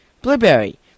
blueberry